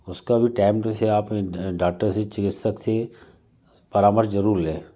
उसका भी टाइम आपने डाक्टर से चिकित्सक से परामर्श जरूर लें